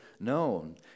known